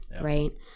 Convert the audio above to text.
right